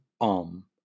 Om